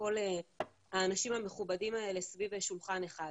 כל האנשים המכובדים האלה סביב שולחן אחד.